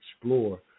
explore